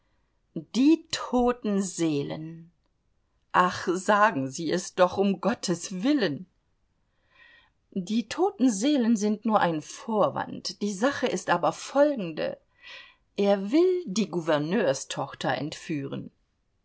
die toten seelen ach sagen sie es doch um gottes willen die toten seelen sind nur ein vorwand die sache ist aber folgende er will die gouverneurstochter entführen